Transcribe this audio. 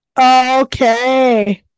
Okay